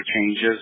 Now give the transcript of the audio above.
changes